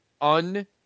un